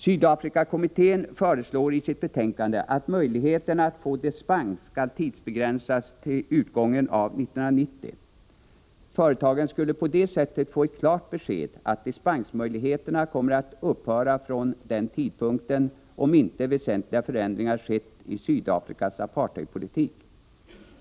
Sydafrikakommittén föreslår i sitt betänkande att möjligheterna att få dispens skall tidsbegränsas till utgången av 1990. Företagen skulle på det sättet få ett klart besked att dispensmöjligheterna kommer att upphöra från den tidpunkten om inte väsentliga förändringar skett i Sydafrikas apartheidpolitik.